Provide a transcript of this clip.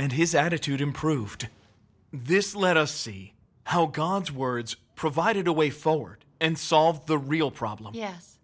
and his attitude improved this let us see how god's words provided a way forward and solve the real problem yes